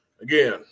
again